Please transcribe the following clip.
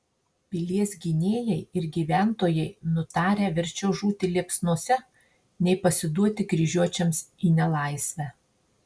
pilies gynėjai ir gyventojai nutarę verčiau žūti liepsnose nei pasiduoti kryžiuočiams į nelaisvę